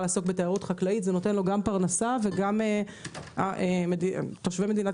זה נותן לו גם פרנסה וגם משרת את תושבי המדינה